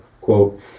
quote